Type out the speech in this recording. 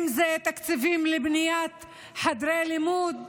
אם זה תקציבים לבניית חדרי לימוד.